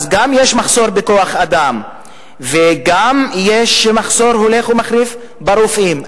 יש גם מחסור בכוח-אדם ויש גם מחסור הולך ומחריף ברופאים.